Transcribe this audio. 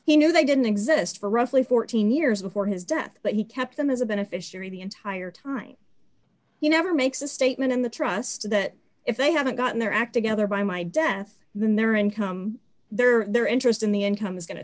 he knew they didn't exist for roughly fourteen years before his death but he kept them as a beneficiary the entire time you never makes a statement in the trust that if they haven't gotten their act together by my death then their income their their interest in the income is going to